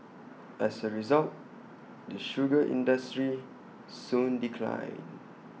as A result the sugar industry soon declined